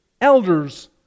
elders